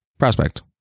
Prospect